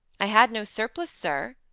i had no surplice, sir,